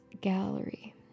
gallery